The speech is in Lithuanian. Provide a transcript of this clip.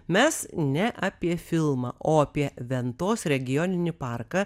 mes ne apie filmą o apie ventos regioninį parką